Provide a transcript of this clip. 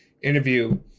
interview